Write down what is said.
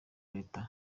leta